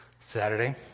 Saturday